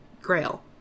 Grail